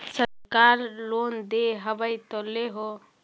सरकार लोन दे हबै तो ले हो?